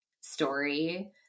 story